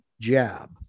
jab